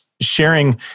Sharing